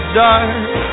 dark